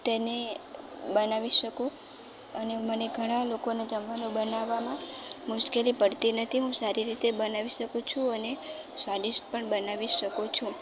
તેને બનાવી શકું અને મને ઘણાં લોકોને જમવાનું બનાવવામાં મુશ્કેલી પડતી નથી હું સારી રીતે બનાવી શકું છું અને સ્વાદિષ્ટ પણ બનાવી શકું છું